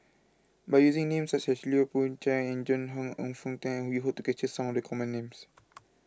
by using names such as Lui Pao Chuen and Joan Hon and Foo Hong Tatt we hope to capture some of the common names